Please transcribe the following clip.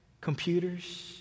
computers